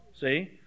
see